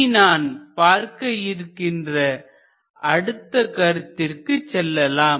இனி நான் பார்க்க இருக்கின்ற அடுத்த கருத்திற்கு செல்லலாம்